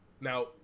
now